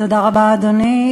תודה רבה, אדוני.